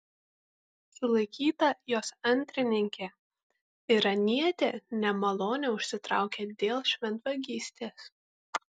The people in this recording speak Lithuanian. sulaikyta jos antrininkė iranietė nemalonę užsitraukė dėl šventvagystės